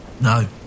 No